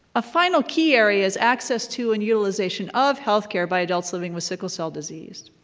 a final key area is access to and utilization of healthcare by adults living with sickle cell disease.